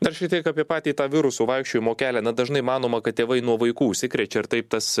dar šiek tiek apie patį tą virusų vaikščiojimo kelią na dažnai manoma kad tėvai nuo vaikų užsikrečia ir taip tas